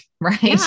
right